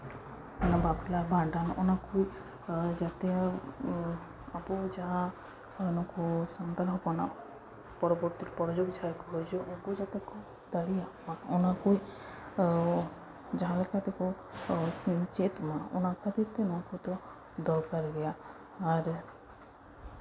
ᱵᱟᱯᱞᱟ ᱵᱷᱟᱸᱰᱟᱱ ᱚᱱᱟ ᱠᱚ ᱡᱟᱛᱮ ᱟᱵᱚ ᱡᱟᱦᱟᱸ ᱱᱩᱠᱩ ᱥᱟᱱᱛᱟᱲ ᱦᱚᱯᱚᱱᱟᱜ ᱯᱚᱨᱚᱵᱚᱨᱛᱤ ᱯᱚᱨᱡᱳᱱᱢᱳ ᱡᱟᱦᱟᱸᱭ ᱠᱚ ᱦᱤᱡᱩᱜ ᱩᱱᱠᱩ ᱡᱟᱛᱮ ᱠᱚ ᱫᱟᱲᱮᱭᱟᱜ ᱢᱟ ᱚᱱᱟᱠᱚ ᱡᱟᱦᱟᱸ ᱞᱮᱠᱟ ᱛᱮᱠᱚ ᱪᱮᱫ ᱢᱟ ᱚᱱᱟ ᱠᱷᱟᱹᱛᱤᱨ ᱛᱮ ᱱᱚᱣᱟ ᱠᱚᱫᱚ ᱫᱚᱨᱠᱟᱨ ᱜᱮᱭᱟ ᱟᱨ